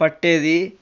పట్టేది